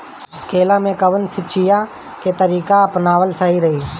केला में कवन सिचीया के तरिका अपनावल सही रही?